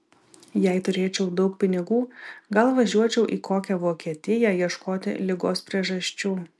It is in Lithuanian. jei turėčiau daug pinigų gal važiuočiau į kokią vokietiją ieškoti ligos priežasčių